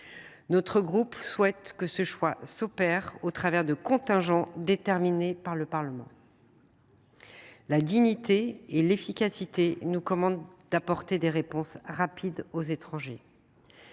Notre groupe souhaite que ce choix s’opère sur le fondement de contingents fixés par le Parlement. La dignité et l’efficacité nous appellent à apporter des réponses rapides aux étrangers.